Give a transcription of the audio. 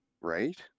right